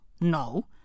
no